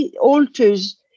alters